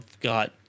got